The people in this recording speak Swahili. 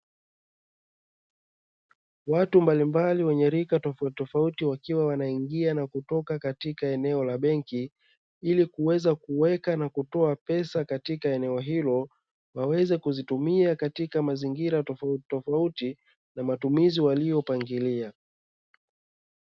Watu mbalimbali wenye rika tofautitofauti wakiwa wanaingia na kutoka katika eneo la benki ili kuweza kuweka na kutoa pesa katika eneo hilo, waweze kuzitumia katika mazingira tofautitofauti na mazingira waliyopangilia.